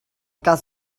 cas